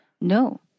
No